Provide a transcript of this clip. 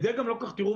את זה גם לא כל כך תראו.